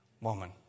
Woman